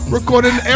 Recording